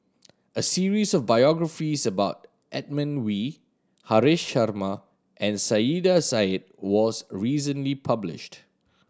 a series of biographies about Edmund Wee Haresh Sharma and Saiedah Said was recently published